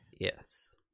Yes